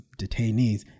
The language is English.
detainees